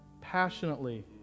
passionately